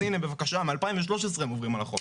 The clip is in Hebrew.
אז הנה בבקשה, מ-2013 הם עוברים על החוק.